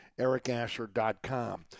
ericasher.com